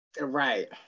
Right